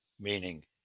meaning